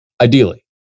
Ideally